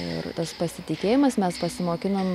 ir tas pasitikėjimas mes pasimokinom